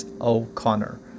O'Connor